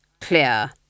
clear